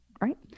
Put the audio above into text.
right